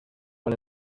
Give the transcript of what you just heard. one